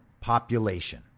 population